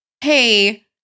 hey